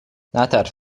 نترس